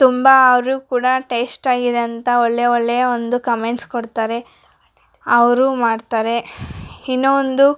ತುಂಬಾ ಅವರೂ ಕೂಡ ಟೇಸ್ಟ್ ಆಗಿದೆ ಅಂತ ಒಳ್ಳೆಯ ಒಳ್ಳೆಯ ಒಂದು ಕಮೆಂಟ್ಸ್ ಕೊಡ್ತಾರೆ ಅವರೂ ಮಾಡ್ತಾರೆ ಇನ್ನೂ ಒಂದು